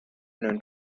known